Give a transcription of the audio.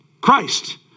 Christ